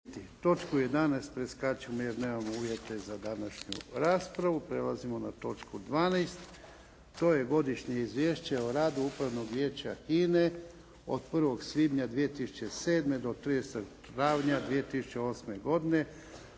Točku 11. preskačemo jer nemamo uvjete za današnju raspravu. Prelazimo na točku 12. To je 12. Godišnje izvješće o radu Upravnog vijeća HINE od 1.svibnja 2007. do 30. travnja 2008. godine